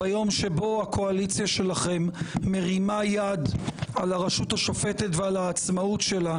ביום שבו הקואליציה שלכם מרימה יד על הרשות השופטת ועל העצמאות שלה,